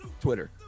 Twitter